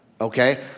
Okay